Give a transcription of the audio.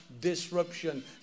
disruption